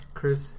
Chris